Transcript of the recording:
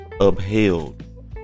Upheld